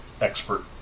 expert